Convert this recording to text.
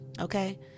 Okay